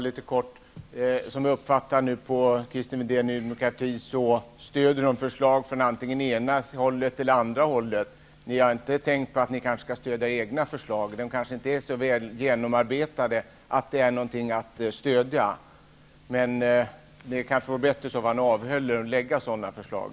Herr talman! Om jag uppfattar Christer Windén rätt nu, så stöder Ny demokrati förslag från antingen det ena eller det andra hållet. Har ni inte tänkt på att stödja era egna förslag? De kanske inte är så väl genomarbetade att de är någonting att stödja. Vore det i så fall inte bättre att ni avhöll er från att lägga fram sådana förslag.